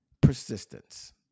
persistence